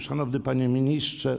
Szanowny Panie Ministrze!